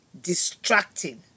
distracting